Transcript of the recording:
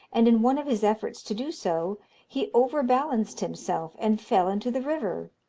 and in one of his efforts to do so he overbalanced himself and fell into the river,